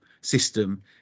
system